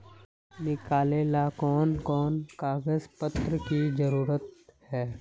निकाले ला कोन कोन कागज पत्र की जरूरत है?